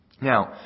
Now